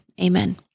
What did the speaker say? amen